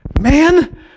man